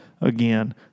Again